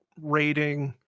rating